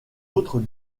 autre